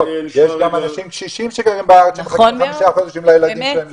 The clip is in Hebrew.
יש גם אנשים קשישים שגרים בארץ שמחכים חמישה חודשים לילדים שלהם לביקור.